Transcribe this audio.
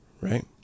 right